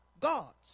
gods